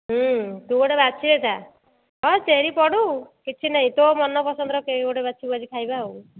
ତୁ ଗୋଟେ ବାଛି ଦେଇଥା ହଁ ଚେରି ପଡ଼ୁ କିଛି ନାଇଁ ତୋ ମନ ପସନ୍ଦର କେକ୍ ଗୋଟେ ବାଛିବୁ ଆଜି ଖାଇବା ଆଉ